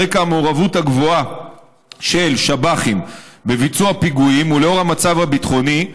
על רקע המעורבות הגבוהה של שב"חים בביצוע פיגועים ולאור המצב הביטחוני,